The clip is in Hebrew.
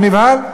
הוא נבהל.